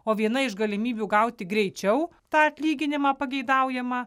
o viena iš galimybių gauti greičiau tą atlyginimą pageidaujamą